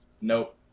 Nope